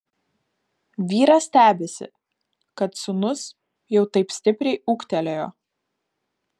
vyras stebisi kad sūnus jau taip stipriai ūgtelėjo